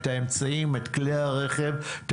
את כלי הרכב,